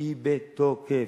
היא בתוקף.